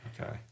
Okay